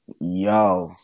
yo